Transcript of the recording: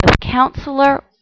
counselor